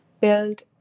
build